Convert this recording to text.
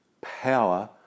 power